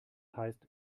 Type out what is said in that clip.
heißt